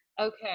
okay